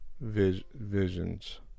Visions